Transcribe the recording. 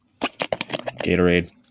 Gatorade